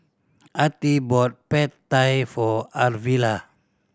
Artie bought Pad Thai for Arvilla